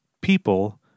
People